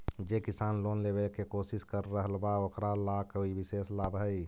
जे किसान लोन लेवे के कोशिश कर रहल बा ओकरा ला कोई विशेष लाभ हई?